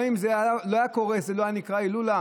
גם אם זה לא היה קורה זה לא היה נקרא הילולה,